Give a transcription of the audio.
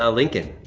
ah lincoln,